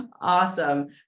Awesome